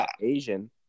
Asian